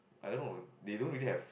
I don't know they don't really have